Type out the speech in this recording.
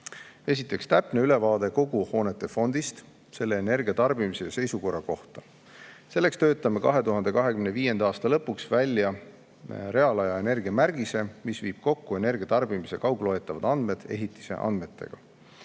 esiteks, täpne ülevaade kogu hoonete fondist, just majade energiatarbimisest ja seisukorrast. Selleks töötame 2025. aasta lõpuks välja reaalaja energiamärgise, mis viib kokku energiatarbimise kaugloetavad andmed ehitise andmetega.